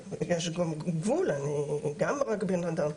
אבל יש גם גבול, אני רק בן-אדם.